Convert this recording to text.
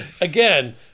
Again